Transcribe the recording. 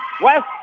West